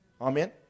amen